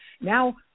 Now